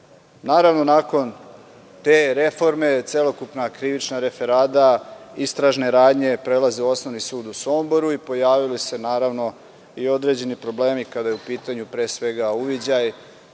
Naravno, nakon te reforme, celokupna krivična referada , istražne radnje prelaze u Osnovni sud u Somboru i pojavili su se i određeni problemi kada je u pitanju, pre svega uviđaj,